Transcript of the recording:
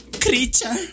creature